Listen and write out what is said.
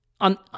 on